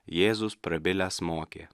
jėzus prabilęs mokė